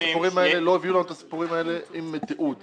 לא העבירו את הסיפורים האלה עם תיעוד.